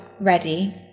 ready